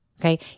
Okay